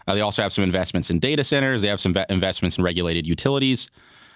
and they also have some investments in data centers, they have some but investments in regulated utilities.